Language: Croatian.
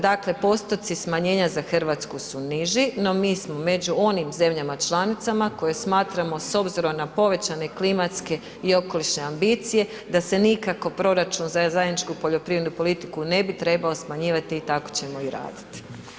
Dakle postoci smanjenja za Hrvatsku su niži, no mi smo među onim zemljama članicama koje smatramo s obzirom na povećane klimatske i okolišne ambicije da se nikako proračun za zajedničku poljoprivrednu politiku ne bi trebao smanjivati i tako ćemo i raditi.